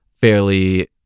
fairly